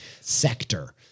sector